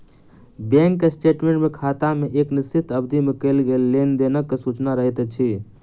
bank statement मे खाता मे एक निश्चित अवधि मे कयल गेल लेन देनक सूचना रहैत अछि